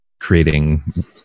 creating